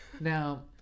Now